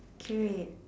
great